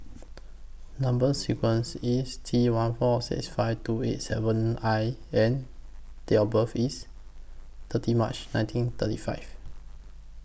Number sequence IS T one four six five two eight seven I and Date of birth IS thirty March nineteen thirty five